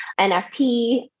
NFT